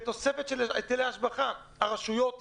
בתוספת של היטלי השבחה הרשויות ייהנו,